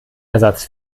ersatz